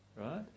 right